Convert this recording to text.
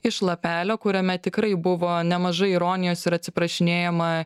iš lapelio kuriame tikrai buvo nemažai ironijos ir atsiprašinėjama